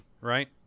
right